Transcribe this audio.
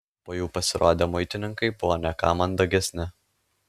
po jų pasirodę muitininkai buvo ne ką mandagesni